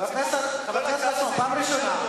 חבר הכנסת חסון, פעם ראשונה.